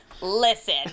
listen